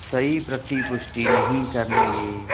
ਸਹੀ ਪ੍ਰਤੀ ਪੁਸ਼ਟੀ ਨਹੀਂ ਕਰਨਗੇ